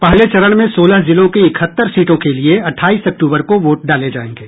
पहले चरण में सोलह जिलों की इकहत्तर सीटों के लिए अट्ठाईस अक्तूबर को वोट डाले जाएंगे